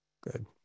Good